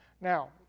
Now